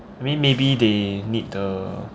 I mean maybe they need the